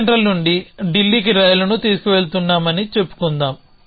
Chennai central నుండి ఢిల్లీకి రైలును తీసుకువెళుతున్నామని చెప్పుకుందాం